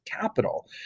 capital